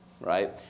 right